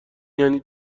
یعنی